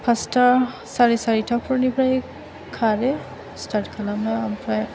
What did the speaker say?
फासथा सारि सारिथा फोरनिफ्राय खारो सिथार्थ खालामो ओमफ्राय